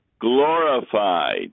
glorified